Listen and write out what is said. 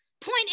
Point